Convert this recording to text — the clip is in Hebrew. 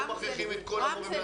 לא מכריחים את כל המורים לעשות את זה.